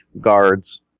guards